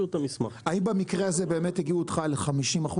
האם במקרה הזה באמת הגיעו איתך ל-50%?